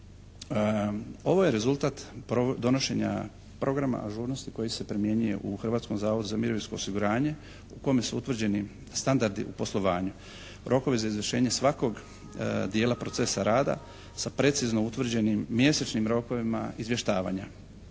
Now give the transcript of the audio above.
Ovo je rezultat donošenja programa ažurnosti koji se primjenjuje u Hrvatskom zavodu za mirovinsko osiguranje u kome su utvrđeni standardi u poslovanju rokova za izvršenje svakog dijela procesa rada sa precizno utvrđenim mjesečnim rokovima izvještavanja.